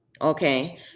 Okay